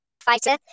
fighter